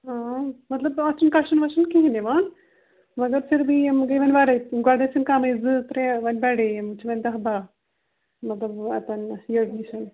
مطلب اَتھ چھُنہٕ کَشُن وَشَن کِہیٖنۍ یِوان مگر پھر بی یِم گٔے وۅنۍ وارِیاہ گۄڈٕ ٲسِم کَمٕے زٕ ترٛےٚ وۅنۍ بَڑییہِ یِم چھِ وۅنۍ دَہ باہ مطلب اَتٮ۪ن یٔڈ نِش